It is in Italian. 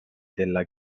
della